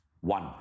One